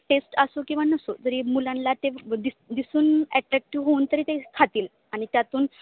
taste असो किंवा नसो जरी मुलांला ते दि दिसून ॲट्रॅक्टिव्ह होऊन तरी ते खातील आणि त्यातून